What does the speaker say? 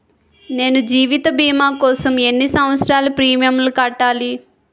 నేను జీవిత భీమా కోసం ఎన్ని సంవత్సారాలు ప్రీమియంలు కట్టాలి?